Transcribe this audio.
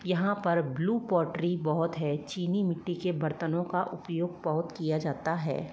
यहाँ पर ब्लू बहुत है चीनी मिट्टी के बर्तनों का उपयोग बहुत किया जाता है